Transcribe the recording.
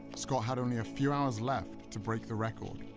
scott had only a few hours left to break the record.